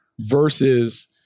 versus